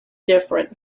different